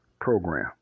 program